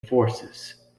forces